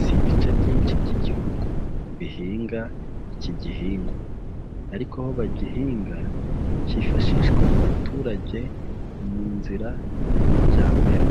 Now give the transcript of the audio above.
Si ibice byinshi by'Igihugu bihinga iki gihingwa. Ariko aho bagihinga kifashishwa n'abaturage mu nzira y'amajyambere.